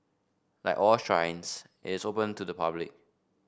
like all shrines it's open to the public